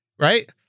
right